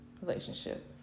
relationship